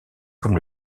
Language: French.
comme